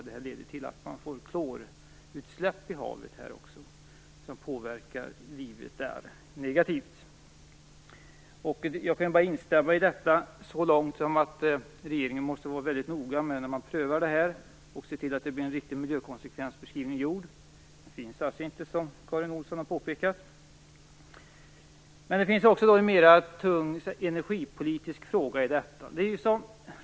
Det leder till att man också får klorutsläpp i havet som påverkar livet där negativt. Jag kan bara instämma i att regeringen måste vara väldigt noga när den prövar detta och se till att det blir en riktig miljökonsekvensbeskrivning gjord. Den finns inte, som Karin Olsson har påpekat. Det finns också en tyngre energipolitisk fråga i detta.